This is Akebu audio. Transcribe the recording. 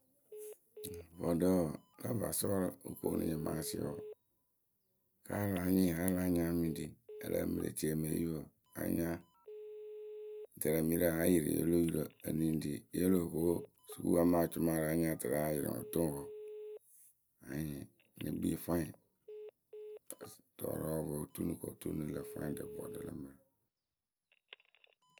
Vɔɖǝ wǝǝ la vasɔyǝ wɨ koonu nyɩmaasɩyǝ wǝǝ kǝ́ a láa wǝ́ a láa nya e mɨ ŋ ri ǝ mlǝǝmɨ lë tie mɨ epipǝ anya ɖɛrɛmɩrǝ a yɩrɩ yǝ we lo yurǝ ǝ nɨ ŋ ri yǝ we lo ko sukuuwǝ amaa acʊmaayǝ a yɩrɩ o toŋ ŋwɨ wǝǝ anyɩŋ nɨ kpii fwanyɩ rɔɔrɔɔwǝ wɨ poo tuu nɨ kɨ oturu nɨ lǝ fwanyɩ rɨ vɔɖǝ lǝ mǝrǝ.